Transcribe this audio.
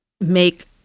make